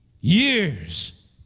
years